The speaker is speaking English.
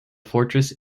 fortress